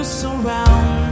surround